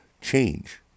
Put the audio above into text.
Change